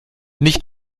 nicht